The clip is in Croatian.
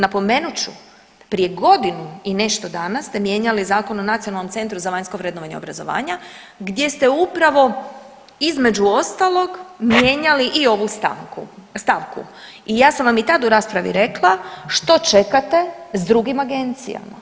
Napomenut ću, prije godinu i nešto dana ste mijenjali Zakon o nacionalnom centru za vanjsko vrednovanje obrazovanja gdje ste upravo između ostalog mijenjali i ovu stavku, stavku i ja sam vam i tad u raspravi rekla što čekate s drugim agencijama.